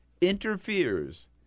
interferes